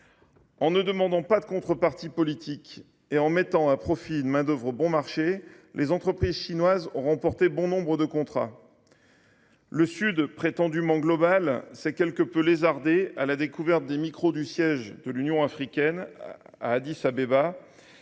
En ne demandant pas de contrepartie politique et en mettant à profit une main d’œuvre bon marché, les entreprises chinoises ont remporté bon nombre de contrats. Le Sud, prétendument global, s’est quelque peu lézardé à la découverte des micros au siège de l’Union africaine construit